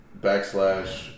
backslash